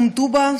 אום טובא,